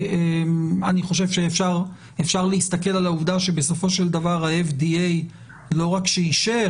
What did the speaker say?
אני חושב שאפשר להסתכל על העובדה שבסופו של דבר ה-FDA לא רק שאישר,